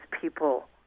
people